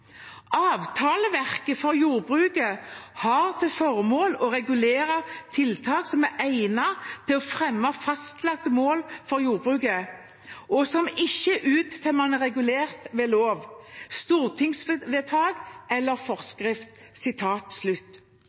«Avtaleverket for jordbruket har til formål å regulere tiltak som er egnet til å fremme fastlagte mål for jordbruket, og som ikke er uttømmende regulert ved lov, stortingsvedtak eller forskrift.»